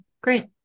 great